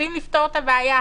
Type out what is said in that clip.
רוצים לפתור את הבעיה.